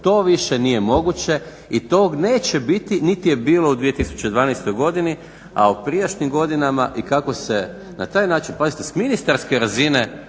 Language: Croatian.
To više nije moguće i tog neće biti niti je bilo u 2012. godini, a u prijašnjim godinama i kako se na taj način, pazite s ministarske razine